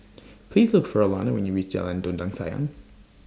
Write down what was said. Please Look For Alanna when YOU REACH Jalan Dondang Sayang